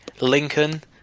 Lincoln